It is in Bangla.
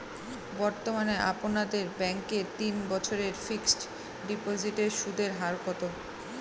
বর্তমানে আপনাদের ব্যাঙ্কে তিন বছরের ফিক্সট ডিপোজিটের সুদের হার কত?